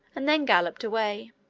and then galloped away.